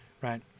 right